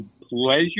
pleasure